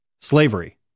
slavery